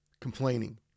complaining